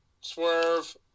Swerve